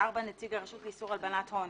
נציג הרשות לאיסור הלבנת הון